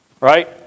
Right